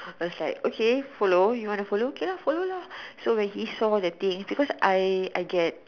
I was like okay follow you wanna follow okay lah follow lah so when he saw the things because I I get